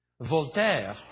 Voltaire